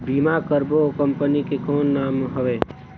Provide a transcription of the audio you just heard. बीमा करबो ओ कंपनी के कौन नाम हवे?